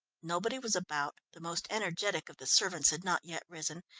nobody was about, the most energetic of the servants had not yet risen,